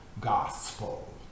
gospel